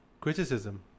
criticism